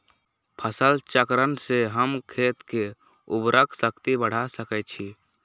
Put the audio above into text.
फसल चक्रण से हम खेत के उर्वरक शक्ति बढ़ा सकैछि?